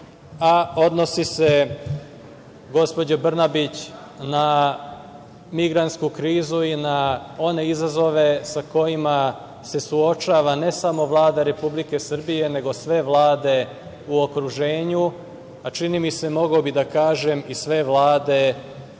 a odnosi se, gospođo Brnabić, na migrantsku krizu i na one izazove sa kojima se suočava ne samo Vlada Republike Srbije nego sve vlade u okruženju, a čini mi se mogao bih da kažem i sve vlade na